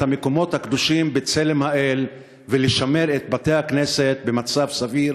המקומות הקדושים בצלם האל ולשמר את בתי-הכנסת במצב סביר.